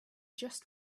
just